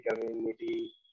community